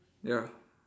ya